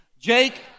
Jake